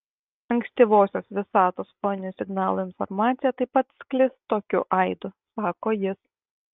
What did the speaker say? ankstyvosios visatos foninių signalų informacija taip pat sklis tokiu aidu sako jis